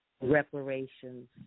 reparations